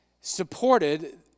supported